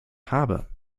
harbour